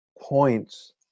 points